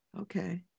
Okay